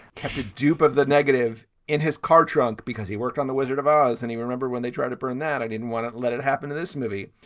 tend to dupe of the negative in his car trunk because he worked on the wizard of oz and he remember when they tried to burn that i didn't want to let it happen to this movie.